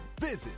visit